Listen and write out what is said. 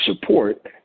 support